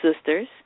sisters